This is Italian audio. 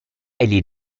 egli